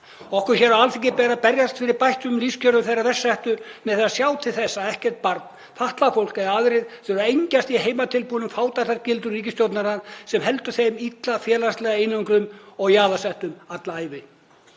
Okkur hér á Alþingi ber að berjast fyrir bættum lífskjörum þeirra verst settu með því að sjá til þess að ekkert barn, fatlað fólk eða aðrir þurfi að engjast í heimatilbúnum fátæktargildrum ríkisstjórnarinnar sem heldur þeim illa félagslega einangruðum og jaðarsettum alla ævi.